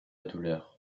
douleur